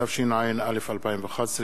התשע"א 2011,